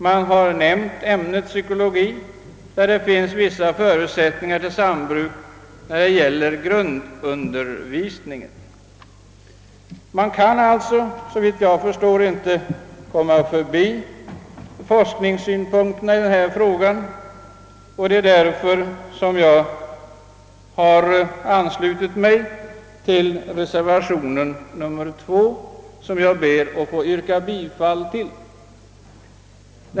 Man har nämnt ämnet psykologi, där det finns vissa förutsättningar till sambruk, såvitt det gäller grundundervisningen. Man kan sålunda, såvitt jag förstår, inte bortse från forskningssynpunkterna i detta sammanhang, och det är därför som jag har anslutit mig till reservation nr 2, som jag nu ber att få yrka bifall till.